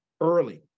early